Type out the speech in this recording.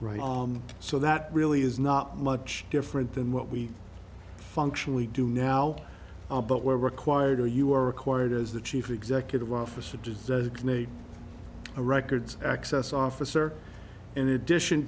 right so that really is not much different than what we functionally do now but where required or you are required as the chief executive officer does that can a records access officer in addition